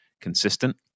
consistent